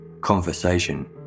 conversation